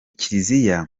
kiriziya